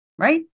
Right